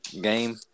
game